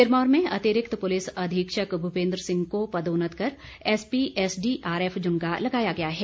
सिरमौर में अतिरिक्त पुलिस अधीक्षक भूपेन्द्र सिंह को पदोन्नत कर एसपी एसडीआरएफ जुन्गा लगाया गया है